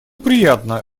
приятно